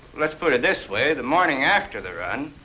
let's put it this way. the morning after the run,